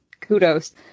kudos